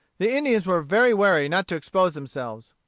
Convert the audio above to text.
the indians were very wary not to expose themselves.